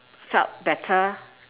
felt better